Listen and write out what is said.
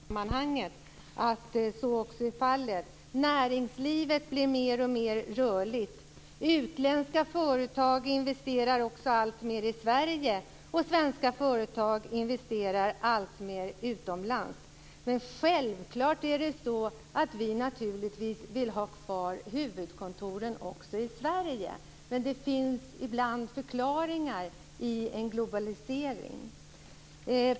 Fru talman! Jag börjar med Per Westerbergs påstående om huvudkontoren. Ett känt faktum är att det i Sverige finns ett stort antal företag som har en helt dominerande del av sin försäljning och verksamhet utanför vårt land. Vi får inte i det sammanhanget glömma bort att så är fallet. Näringslivet blir mer och mer rörligt. Utländska företag investerar alltmer i Sverige, och svenska företag investerar alltmer utomlands. Självklart vill vi ha kvar huvudkontoren i Sverige men ibland finns det en förklaring i globaliseringen.